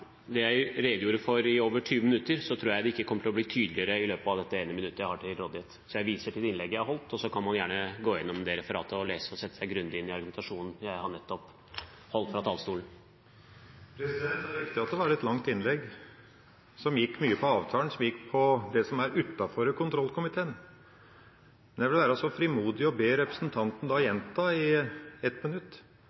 det ikke kom tydelig fram det jeg redegjorde for i over 20 minutter, tror jeg ikke det kommer til å bli tydeligere i løpet av dette ene minuttet jeg har til rådighet. Jeg viser til det innlegget jeg har holdt, og så kan man gjerne gå gjennom referatet og lese og sette seg grundig inn i den argumentasjonen jeg nettopp hadde fra talerstolen. Det er riktig at det var et langt innlegg, som gikk mye på avtalen, som gikk på det som er utenfor kontrollkomiteen. Men jeg vil være så frimodig å be representanten gjenta i 1 minutt